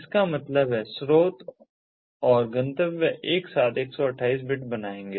इसका मतलब है स्रोत और गंतव्य एक साथ 128 बिट बन जाएंगे